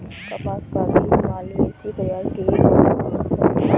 कपास का बीज मालवेसी परिवार के एक पौधे का फल है